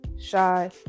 shy